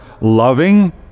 loving